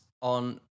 on